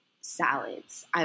Salads